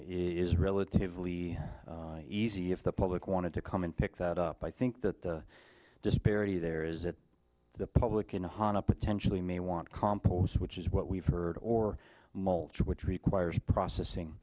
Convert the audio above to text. is relatively easy if the public wanted to come and pick that up i think the disparity there is that the public can honna potentially may want compost which is what we've heard or mulch which requires processing